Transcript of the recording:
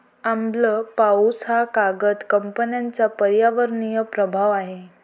आम्ल पाऊस हा कागद कंपन्यांचा पर्यावरणीय प्रभाव आहे